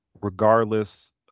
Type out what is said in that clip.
regardless